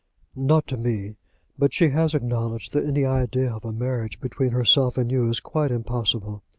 not to me but she has acknowledged that any idea of a marriage between herself and you is quite impossible,